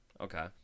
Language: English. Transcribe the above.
Okay